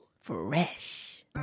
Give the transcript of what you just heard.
Fresh